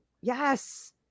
Yes